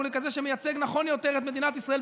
או לכזה שמייצג נכון יותר את מדינת ישראל,